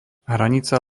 hranica